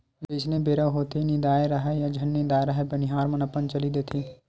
जइसने बेरा होथेये निदाए राहय या झन निदाय राहय बनिहार मन ह चली देथे